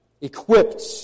equipped